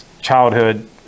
childhood